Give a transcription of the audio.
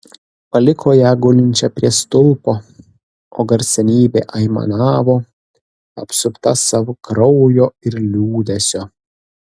paliko ją gulinčią prie stulpo o garsenybė aimanavo apsupta savo kraujo ir liūdesio